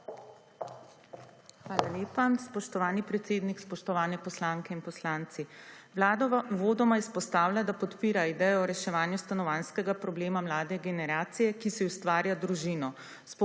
Hvala lepa. Spoštovani predsednik! Spoštovani poslanke in poslanci! Vlada uvodoma izpostavlja, da podpira idejo o reševanju stanovanjskega problema mlade generacije, ki si ustvarja družino